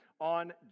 on